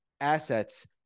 assets